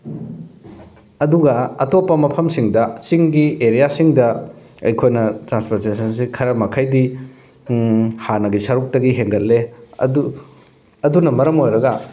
ꯑꯗꯨꯒ ꯑꯇꯣꯞꯄ ꯃꯐꯝꯁꯤꯡꯗ ꯆꯤꯡꯒꯤ ꯑꯦꯔꯤꯌꯥꯁꯤꯡꯗ ꯑꯩꯈꯣꯏꯅ ꯇ꯭ꯔꯥꯟꯁꯄꯣꯔꯇꯦꯁꯟꯁꯤ ꯈꯔ ꯃꯈꯩꯗꯤ ꯍꯥꯟꯅꯒꯤ ꯁꯔꯨꯛꯇꯒꯤ ꯍꯦꯟꯒꯠꯂꯦ ꯑꯗꯨ ꯑꯗꯨꯅ ꯃꯔꯝ ꯑꯣꯏꯔꯒ